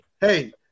hey